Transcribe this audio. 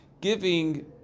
giving